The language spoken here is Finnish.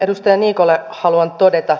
edustaja niikolle haluan todeta